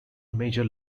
major